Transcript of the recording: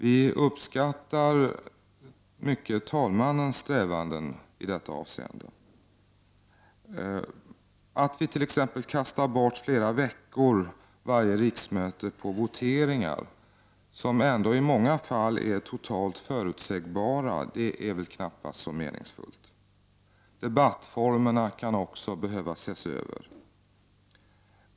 Vi uppskattar mycket talmannens strävanden i det avseendet. Att vi t.ex. kastar bort flera veckor varje riksmöte på voteringar vilkas utgång ändå i många fall är helt förutsägbar är väl knappast så meningsfullt! Debattformerna kan också behöva ses över.